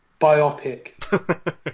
biopic